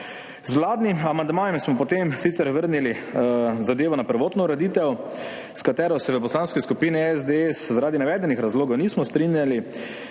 Z vladnim amandmajem smo potem sicer vrnili zadevo na prvotno ureditev, s katero se v Poslanski skupini SDS zaradi navedenih razlogov nismo strinjali,